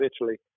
Italy